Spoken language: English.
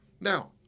Now